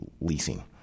leasing